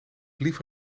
liever